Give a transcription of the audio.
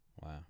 Wow